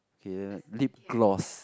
okay uh lip gloss